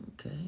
Okay